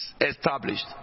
established